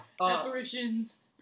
Apparitions